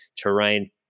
terrain